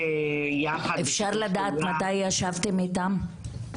אפשר לדעת מתי ישבתם אתם?